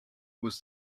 was